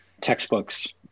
textbooks